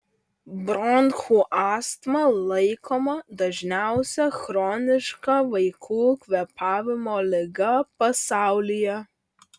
bronchų astma laikoma dažniausia chroniška vaikų kvėpavimo liga pasaulyje